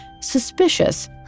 suspicious